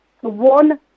One